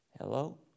Hello